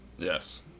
yes